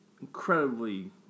incredibly –